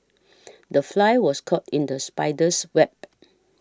the fly was caught in the spider's web